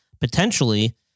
potentially